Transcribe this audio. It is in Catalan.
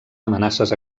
amenaces